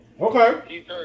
Okay